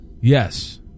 Yes